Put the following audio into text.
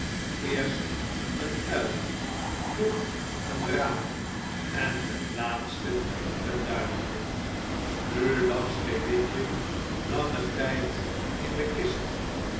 eerst een uil toen eene raaf en ten laatste een duifje nu lag sneeuwwitje langen tijd in de kist